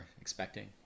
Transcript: expecting